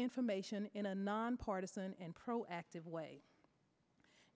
information in a nonpartisan proactive way